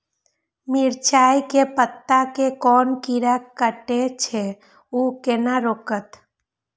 मिरचाय के पत्ता के कोन कीरा कटे छे ऊ केना रुकते?